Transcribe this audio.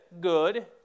good